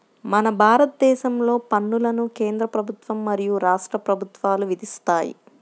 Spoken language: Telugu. మన భారతదేశంలో పన్నులను కేంద్ర ప్రభుత్వం మరియు రాష్ట్ర ప్రభుత్వాలు విధిస్తాయి